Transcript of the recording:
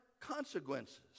consequences